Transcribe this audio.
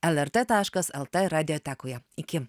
lrt taškas lt radiotekoje iki